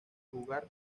jugar